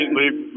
leave